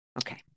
Okay